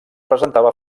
presentava